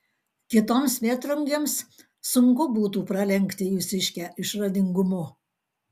kitoms vėtrungėms sunku būtų pralenkti jūsiškę išradingumu